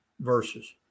verses